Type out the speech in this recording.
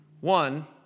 One